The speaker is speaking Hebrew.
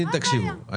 תקשיבו,